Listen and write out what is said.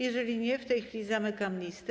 Jeżeli nie, w tej chwili zamykam listę.